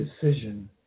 decision